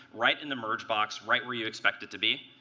right in the merge box, right where you expect it to be.